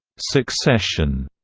succession,